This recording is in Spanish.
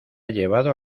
llevado